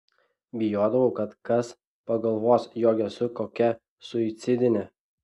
bijodavau kad kas pagalvos jog esu kokia suicidinė